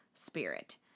spirit